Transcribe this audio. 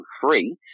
free